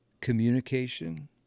Communication